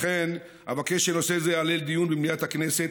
לכן אבקש שנושא זה יעלה לדיון במליאת הכנסת,